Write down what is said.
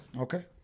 Okay